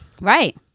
Right